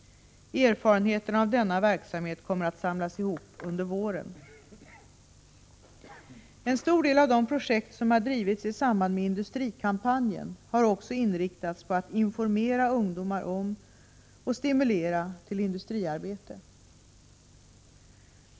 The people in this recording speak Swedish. Erfarenheterna av denna verksamhet kommer att samlas ihop under våren. En stor del av de projekt som har drivits i samband med industrikampanjen har också inriktats på att informera ungdomar om och stimulera dem till industriarbete.